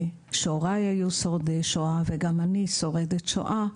שהוריי היו שורדי שואה וגם אני שורדת שואה,